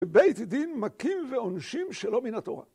בבית הדין מכים ועונשים שלא מן התורה.